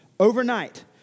Overnight